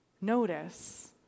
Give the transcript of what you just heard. Notice